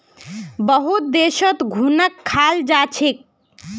बहुत देशत घुनक खाल जा छेक